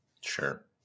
Sure